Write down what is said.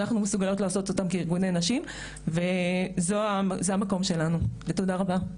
אנחנו מסוגלות לעשות אותם כארגוני נשים וזה המקום שלנו ותודה רבה.